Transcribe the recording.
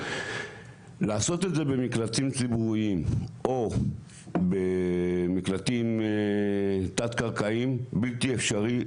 לעשות את זה במקלטים ציבוריים או במקלטים תת קרקעיים בלתי אפשרי,